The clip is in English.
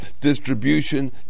distribution